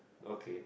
okay